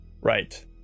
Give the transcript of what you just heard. Right